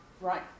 right